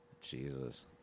Jesus